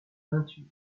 peinture